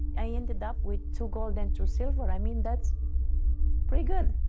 i ended up with two gold and two silver, i mean, that's pretty good.